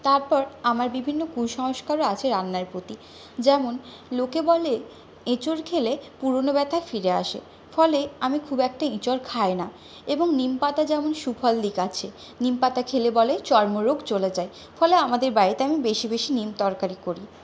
তারপর আমার বিভিন্ন কুসংস্কারও আছে রান্নার প্রতি যেমন লোকে বলে এঁচোড় খেলে পুরোনো ব্যথা ফিরে আসে ফলে আমি খুব একটা এঁচোড় খাই না এবং নিম পাতা যেমন সুফল দিক আছে নিম পাতা খেলে বলে চর্মরোগ চলে যায় ফলে আমাদের বাড়িতে আমি বেশি বেশি নিম তরকারি করি